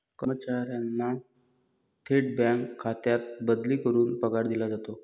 कर्मचाऱ्यांना थेट बँक खात्यात बदली करून पगार दिला जातो